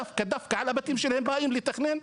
דווקא דווקא על הבתים שלהם באים לתכנן?